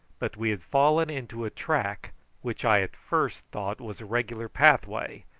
but we had fallen into a track which i at first thought was a regular pathway,